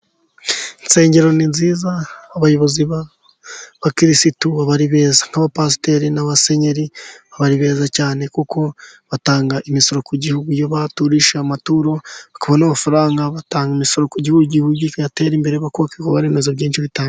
Insengero ni nziza, abayobozi b'abakirisitu baba ari beza. Nk'abapasiteri n'abasenyeri baba ari beza cyane, kuko batanga imisoro ku gihugu. Iyo baturishije amaturo, bakabona amafaranga batanga imisoro ku gihugu. Igihugu kigatera imbere, bayubaka ibikorwaremezo byinshi bitandukanye.